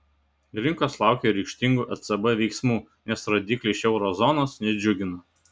rinkos laukia ryžtingų ecb veiksmų nes rodikliai iš euro zonos nedžiugina